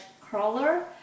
crawler